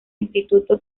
instituto